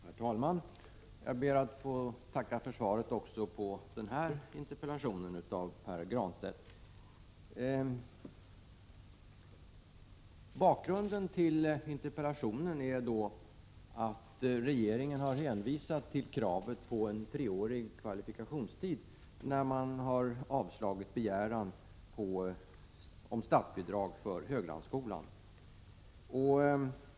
Herr talman! Jag ber att få tacka för svaret även på denna interpellation av Pär Granstedt. Bakgrunden till interpellationen är att regeringen hänvisade till kravet på en treårig kvalifikationstid när man avslog begäran om statsbidrag till Höglandsskolan.